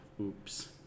Oops